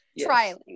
trialing